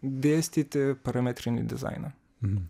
dėstyti parametrinį dizainą